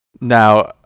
Now